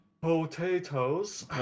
potatoes